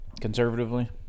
Conservatively